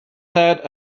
had